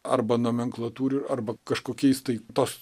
arba nomenklatūra arba kažkokiais tai tos